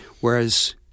Whereas